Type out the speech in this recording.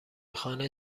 خانه